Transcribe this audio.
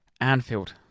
Anfield